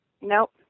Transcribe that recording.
Nope